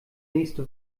nächste